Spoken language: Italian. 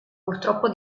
purtroppo